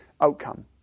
outcome